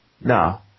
No